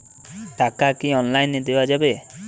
টাকা কি অনলাইনে দেওয়া যাবে?